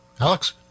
Alex